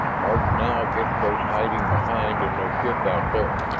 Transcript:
march now against those hiding behind in their ship out there.